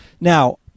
Now